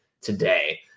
today